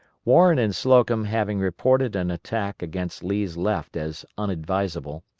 warren and slocum having reported an attack against lee's left as unadvisable,